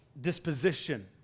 disposition